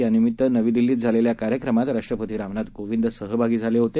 यानिमित्तनवीदिल्लीतझालेल्याकार्यक्रमातराष्ट्रपतीरामनाथकोविंदसहभागीझालेहोते